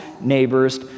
neighbors